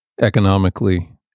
economically